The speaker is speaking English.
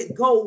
go